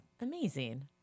Amazing